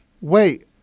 Wait